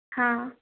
हाँ